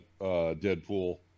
Deadpool